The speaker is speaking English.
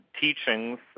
teachings